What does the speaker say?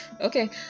okay